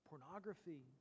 Pornography